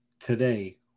Today